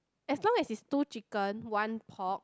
as long as it's two chicken one pork